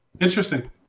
Interesting